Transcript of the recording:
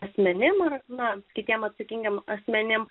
asmenims nuo kitiems atsakingiems asmenims